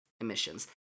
emissions